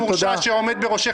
העבריין המורשע שעומד בראשך,